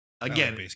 Again